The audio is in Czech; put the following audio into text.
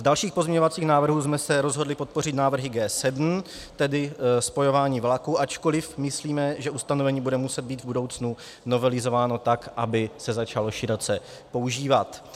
Z dalších pozměňovacích návrhů jsme se rozhodli podpořit návrhy G7, tedy spojování vlaků, ačkoliv myslíme, že ustanovení bude muset být v budoucnu novelizováno tak, aby se začalo široce používat.